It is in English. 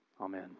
Amen